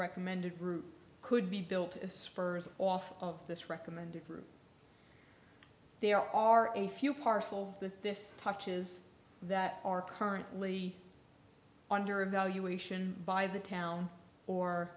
recommended group could be built as spurs off of this recommended group there are a few parcels that this touches that are currently under evaluation by the town or